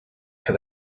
for